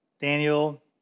Daniel